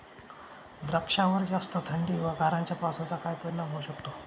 द्राक्षावर जास्त थंडी व गारांच्या पावसाचा काय परिणाम होऊ शकतो?